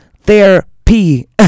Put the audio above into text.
therapy